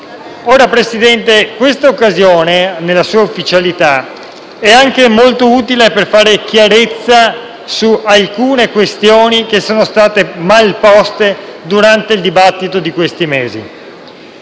Presidente, questa occasione, nella sua ufficialità, è anche molto utile per fare chiarezza su alcune questioni che sono state mal poste durante il dibattito di questi mesi,